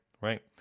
right